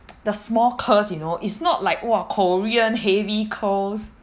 the small curls you know it's not like !wah! korean heavy curls